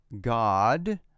god